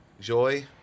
Joy